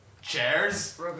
Chairs